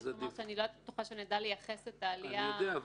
אני רק אומר שאני לא בטוחה אם נדע לייחס את העלייה --- אני יודע,